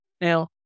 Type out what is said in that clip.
Now